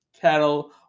Cattle